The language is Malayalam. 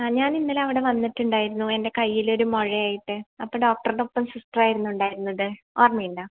ആ ഞാനിന്നലെ അവിടെ വന്നിട്ടുണ്ടായിരുന്നു എൻ്റെ കൈയിലൊരു മുഴയായിട്ട് അപ്പം ഡോക്ടർടൊപ്പം സിസ്റ്ററായിരുന്നു ഉണ്ടായിരുന്നത് ഓർമയുണ്ടോ